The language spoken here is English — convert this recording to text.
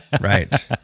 Right